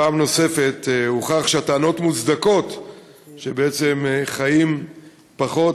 שפעם נוספת הוכח שהטענות שחיים פחות,